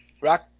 Rock